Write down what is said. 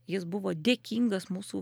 jis buvo dėkingas mūsų